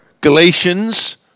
Galatians